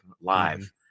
live